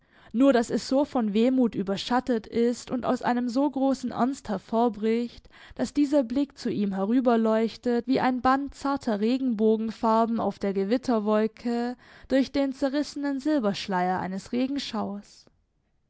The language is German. nur daß es so von wehmut überschattet ist und aus einem so großen ernst hervorbricht daß dieser blick zu ihm herüberleuchtet wie ein band zarter regenbogenfarben auf der gewitterwolke durch den zerrissenen silberschleier eines regenschauers